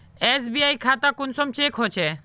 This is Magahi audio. एस.बी.आई खाता कुंसम चेक होचे?